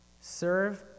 Serve